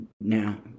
now